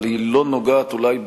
אבל היא לא נוגעת אולי,